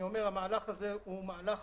המהלך הזה הוא מהלך